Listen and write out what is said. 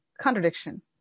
contradiction